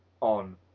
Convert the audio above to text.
on